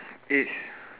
it's